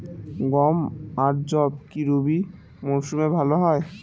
গম আর যব কি রবি মরশুমে ভালো হয়?